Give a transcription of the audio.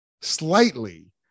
slightly